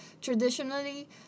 traditionally